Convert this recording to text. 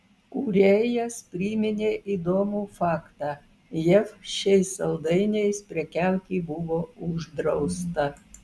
kūrėjas priminė įdomų faktą jav šiais saldainiais prekiauti buvo uždrausta